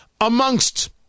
Amongst